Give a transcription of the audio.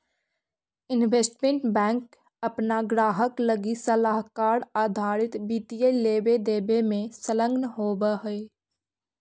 investment bank अपना ग्राहक लगी सलाहकार आधारित वित्तीय लेवे देवे में संलग्न होवऽ हई